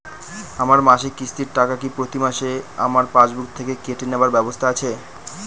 আমার মাসিক কিস্তির টাকা কি প্রতিমাসে আমার পাসবুক থেকে কেটে নেবার ব্যবস্থা আছে?